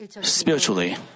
Spiritually